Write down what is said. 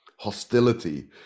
hostility